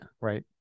Right